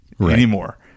anymore